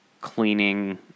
cleaning